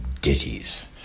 ditties